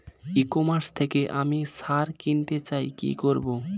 ই commerce থেকে আমি সার কিনতে চাই কি করব?